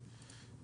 5%?